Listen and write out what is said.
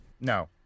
no